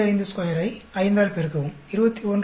552 ஐ 5 ஆல் பெருக்கவும் 21